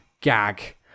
gag